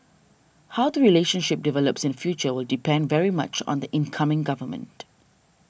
how the relationship develops in future will depend very much on the incoming government